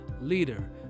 leader